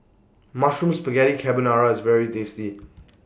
Mushroom Spaghetti Carbonara IS very tasty